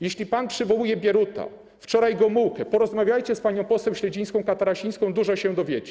Jeśli pan przywołuje Bieruta, wczoraj Gomułkę, porozmawiajcie z panią poseł Śledzińską-Katarasińską - dużo się dowiecie.